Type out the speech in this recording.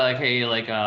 ah hey, like,